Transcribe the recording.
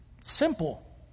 simple